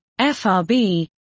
frb